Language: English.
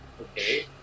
Okay